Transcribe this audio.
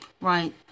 Right